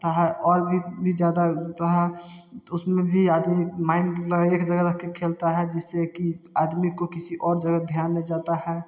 ता है और भी भी ज़्यादा उसमें भी आदमी माइंड एक जगह रखकर खेलता है जिससे कि आदमी को किसी और जगह ध्यान नहीं जाता है